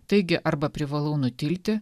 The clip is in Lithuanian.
taigi arba privalau nutilti